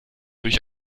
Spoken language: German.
durch